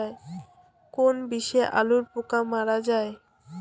কোন বিষে আলুর পোকা মারা যায়?